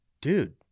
dude